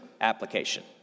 application